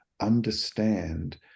understand